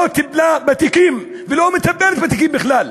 לא טיפלה בתיקים ולא מטפלת בתיקים בכלל.